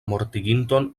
mortiginton